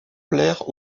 plaire